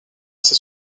ces